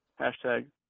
Hashtag